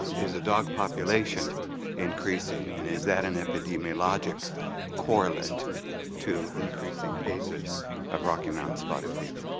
is the dog population increasing and is that an epidemiologic correlate to increasing cases of rocky mountain spotted fever?